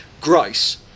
Grace